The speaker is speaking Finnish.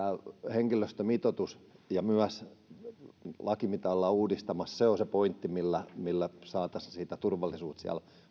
henkilöstömitoitus ja myös laki mitä ollaan uudistamassa ovat se pointti millä millä saataisiin turvallisuutta